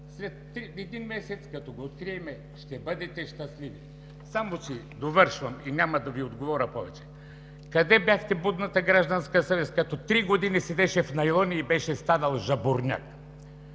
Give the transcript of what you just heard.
След един месец, когато го открием, ще бъдете щастливи. Довършвам и няма да Ви отговоря повече. Къде бяхте будната гражданска съвест, когато три години седеше в найлони и беше станал жабурняк?!